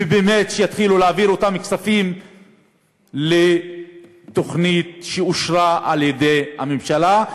ושבאמת יתחילו להעביר אותם כספים לתוכנית שאושרה על-ידי הממשלה,